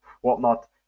whatnot